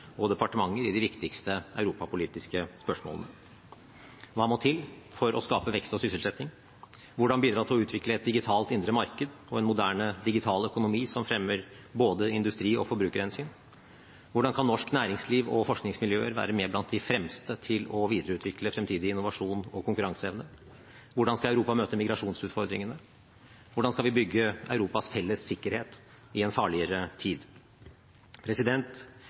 og departementer i de viktigste europapolitiske spørsmålene: Hva må til for å skape vekst og sysselsetting? Hvordan bidra til å utvikle et digitalt indre marked og en moderne digital økonomi som fremmer både industri og forbrukerhensyn? Hvordan kan norsk næringsliv og forskningsmiljøer være med blant de fremste til å videreutvikle fremtidig innovasjons- og konkuranseevne? Hvordan skal Europa møte migrasjonsutfordringene? Hvordan skal vi bygge Europas felles sikkerhet i en farligere tid?